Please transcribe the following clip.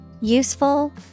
Useful